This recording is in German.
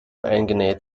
eingenäht